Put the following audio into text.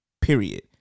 Period